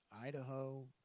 Idaho